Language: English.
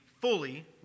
fully